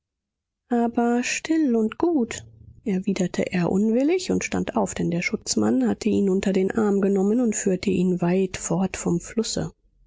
aber still und gut erwiderte er unwillig und stand auf denn der schutzmann hatte ihn unter den arm genommen und führte ihn weit fort vom flusse